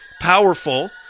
Powerful